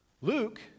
Luke